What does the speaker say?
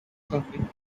packing